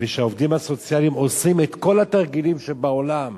וכשהעובדים הסוציאליים עושים את כל התרגילים שבעולם